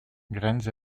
graines